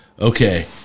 okay